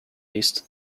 east